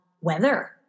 weather